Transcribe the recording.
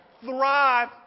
thrive